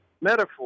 metaphor